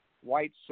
white